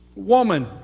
woman